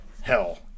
Hell